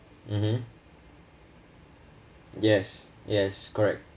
mmhmm yes yes correct